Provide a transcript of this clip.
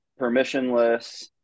permissionless